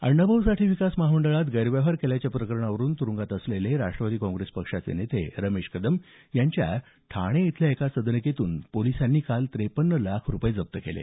अण्णाभाऊ साठे विकास महामंडळात गैरव्यवहार केल्याच्या प्रकरणावरून तुरुंगात असलेले राष्टवादी काँप्रेस पक्षाचे नेते रमेश कदम यांच्या ठाणे इथल्या एका सदनिकेतून पोलिसांनी काल त्रेपन्न लाख रुपये जप्त केले